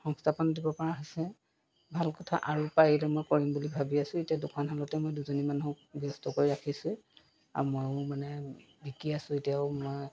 সংস্থাপন দিব পৰা হৈছে ভাল কথা আৰু পাৰিলে মই কৰিম বুলি ভাবি আছোঁ এতিয়া দুখন শালতে মই দুজনী মানুহক ব্যস্ত কৰি ৰাখিছোঁ আৰু ময়ো মানে বিকি আছোঁ এতিয়াও মই